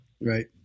right